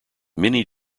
many